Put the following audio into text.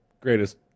greatest